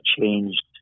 changed